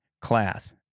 class